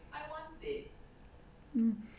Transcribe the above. um